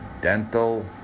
dental